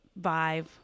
vibe